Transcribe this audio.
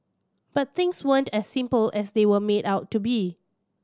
but things weren't as simple as they were made out to be